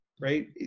right